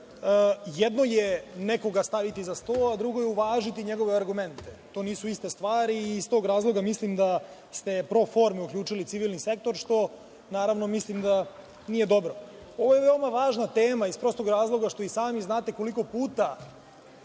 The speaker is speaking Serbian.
jedno je nekoga staviti za sto, a drugo je uvažiti njegove argumente. To nisu iste stvari i iz tog razloga mislim da ste pro forme uključili civilni sektor, što mislim da nije dobro. Ovo je veoma važna tema iz prostog razloga što i sami znate koliko puta